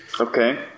okay